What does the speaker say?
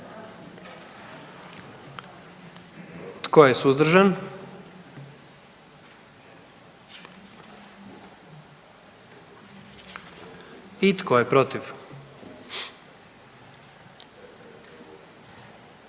Tko je suzdržan? I tko je protiv?